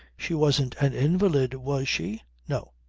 she wasn't an invalid was she? no.